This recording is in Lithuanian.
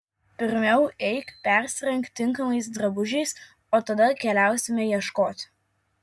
pirmiau eik persirenk tinkamais drabužiais o tada keliausime ieškoti